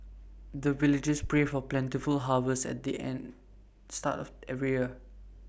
the villagers pray for plentiful harvest at the start of every year